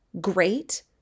great